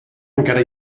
encara